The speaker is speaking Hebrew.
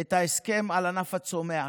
את ההסכם על ענף הצומח,